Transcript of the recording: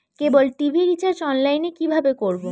কেবল TV recharge online এ কিভাবে করব?